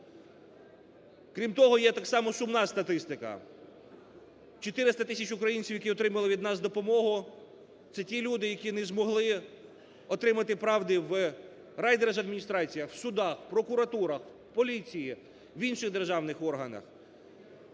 Крім того, є так само сумна статистика. 400 тисяч українців, які отримали від нас допомогу, це ті люди, які не змогли отримати правди в райдержадміністраціях, в судах, в прокуратурах, в поліції, в інших державних органах.